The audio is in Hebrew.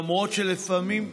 למרות שלפעמים,